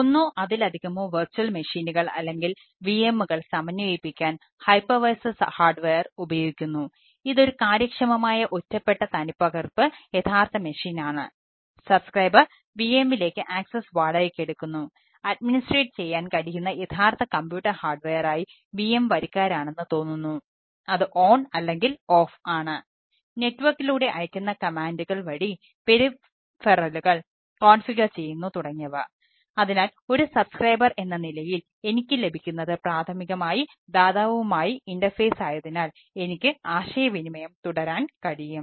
ഒന്നോ അതിലധികമോ വിർച്വൽ മെഷീനുകൾ എനിക്ക് ആശയവിനിമയം തുടരാൻ കഴിയും